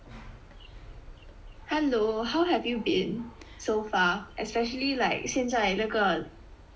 hello how have you been so far especially like 现在那个